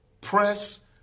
Press